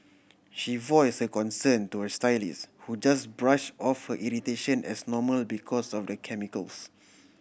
she voiced her concern to her stylist who just brush off her irritation as normal because of the chemicals